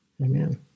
Amen